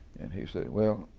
and he said, well,